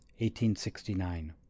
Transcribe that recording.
1869